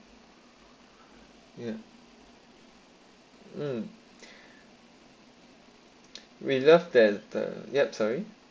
yeah mm we love that uh yup sorry